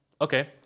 Okay